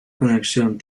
conexión